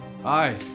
Hi